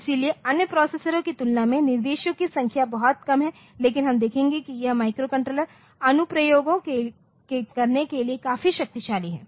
इसलिए अन्य प्रोसेसर की तुलना में निर्देशों की संख्या बहुत कम है लेकिन हम देखेंगे कि यह माइक्रोकंट्रोलर अनुप्रयोगों को करने के लिए काफी शक्तिशाली है